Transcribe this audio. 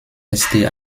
erste